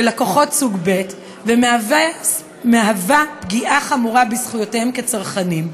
ללקוחות סוג ב' ומהווה פגיעה חמורה בזכויותיהם כצרכנים.